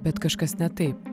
bet kažkas ne taip